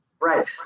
Right